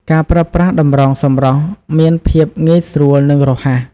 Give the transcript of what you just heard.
ការប្រើប្រាស់តម្រងសម្រស់មានភាពងាយស្រួលនិងរហ័ស។